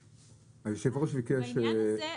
היושב-ראש ביקש --- בעניין הזה,